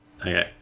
Okay